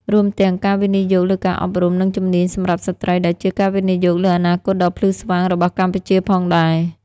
រួមទាំង ការវិនិយោគលើការអប់រំ និងជំនាញសម្រាប់ស្ត្រី ដែលជាការវិនិយោគលើអនាគតដ៏ភ្លឺស្វាងរបស់កម្ពុជាផងដែរ។